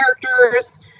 characters